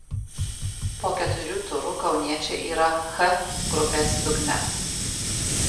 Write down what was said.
po keturių turų kauniečiai yra h grupės dugne